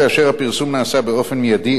כאשר הפרסום נעשה באופן מיידי,